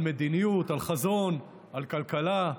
על מדיניות, על חזון, על כלכלה,